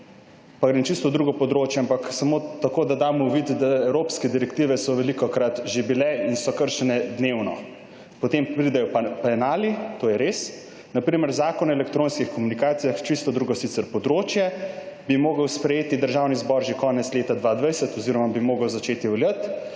pa grem čisto na drugo področje, ampak samo da dam uvid, da evropske direktive so že bile velikokrat in so kršene dnevno. Potem pridejo pa penali, to je res, na primer Zakon o elektronskih komunikacijah, sicer čisto drugo področje, ki bi ga moral sprejeti Državni zbor že konec leta 2020 oziroma bi moral začeti veljati.